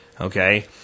Okay